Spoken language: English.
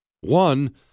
One